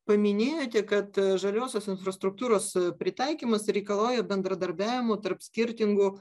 paminėjote kad žaliosios infrastruktūros pritaikymas reikalauja bendradarbiavimo tarp skirtingų